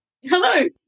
Hello